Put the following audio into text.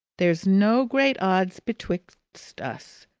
there's no great odds betwixt us.